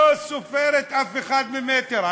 לא סופרת אף אחד ממטר,